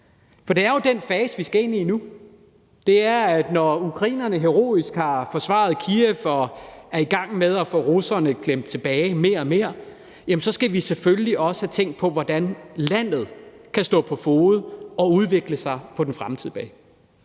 for det er jo den fase, vi skal ind i nu. Når ukrainerne heroisk har forsvaret Kyiv og er i gang med at få russerne klemt mere og mere tilbage, jamen så skal vi selvfølgelig også have tænkt over, hvordan landet kan komme på fode og udvikle sig på den fremtidige